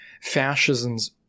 fascism's